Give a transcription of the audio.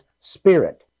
spirit